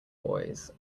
boys